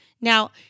Now